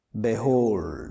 Behold